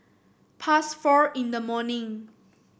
past four in the morning